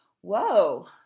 whoa